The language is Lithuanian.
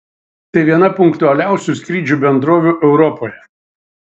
tai viena punktualiausių skrydžių bendrovių europoje